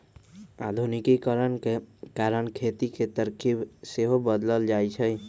आधुनिकीकरण के कारण खेती के तरकिब सेहो बदललइ ह